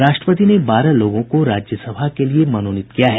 राष्ट्रपति ने बारह लोगों को राज्यसभा के लिए मनोनीत किया है